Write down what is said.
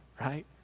right